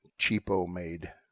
cheapo-made